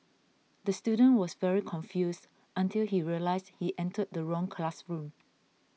the student was very confused until he realised he entered the wrong classroom